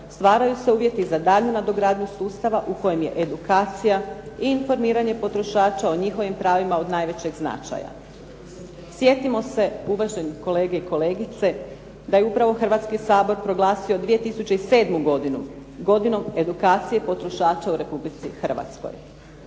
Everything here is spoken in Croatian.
stvaraju se uvjeti za daljnju nadogradnju sustava u kojem je edukacija i informiranje potrošača o njihovim pravima od najvećeg značaja. Sjetimo se, uvaženi kolege i kolegice, da je upravo Hrvatski sabor proglasio 2007. godinu godinom edukacije potrošača u Republici Hrvatskoj.